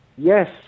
Yes